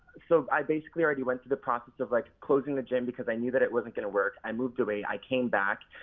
so i basically already went through the process of like closing the gym because i knew that it wasn't gonna work. i moved away, i came back.